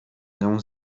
nią